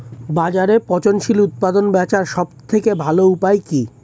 বাজারে পচনশীল উৎপাদন বেচার সবথেকে ভালো উপায় কি?